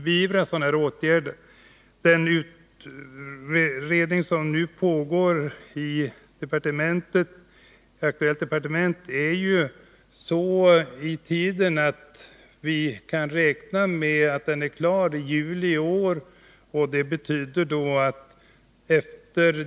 Vi räknar med att den utredning som nu pågår i aktuellt departement skall vara klar i juli i år.